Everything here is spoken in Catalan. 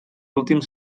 últims